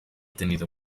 tenido